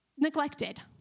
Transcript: neglected